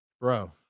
bro